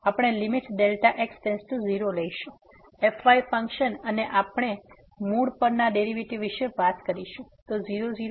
તેથી આપણે limit x→0 લઈશું fy ફંક્શન અને આપણે મૂળ પરના ડેરીવેટીવ વિશે વાત કરીશું તેથી 0 0